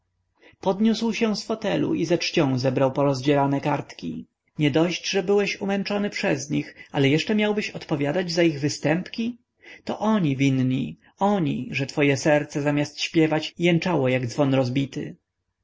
podniósł się z fotelu i ze czcią zebrał porozdzierane kartki niedość że byłeś umęczony przez nich ale jeszcze miałbyś odpowiadać za ich występki to oni winni oni że twoje serce zamiast śpiewać jęczało jak dzwon rozbity